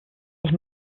ich